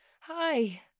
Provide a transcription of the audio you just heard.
hi